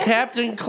Captain